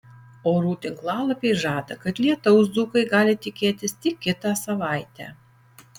orų tinklalapiai žada kad lietaus dzūkai gali tikėtis tik kitą savaitę